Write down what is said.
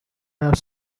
have